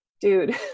dude